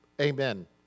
amen